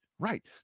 Right